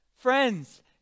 friends